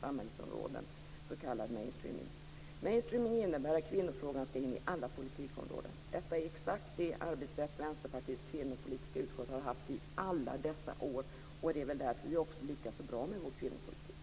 samhällsområden, s.k. mainstreaming. Mainstreaming innebär att kvinnofrågan skall in i alla politikområden. Detta är exakt det arbetssätt Vänsterpartiets kvinnopolitiska utskott har haft i alla år, och det är väl därför vi också lyckas så bra med vår kvinnopolitik.